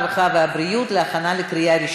הרווחה והבריאות נתקבלה.